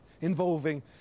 involving